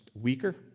weaker